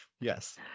yes